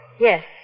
Yes